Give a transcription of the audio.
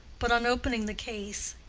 but on opening the case,